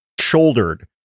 shouldered